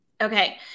Okay